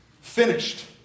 finished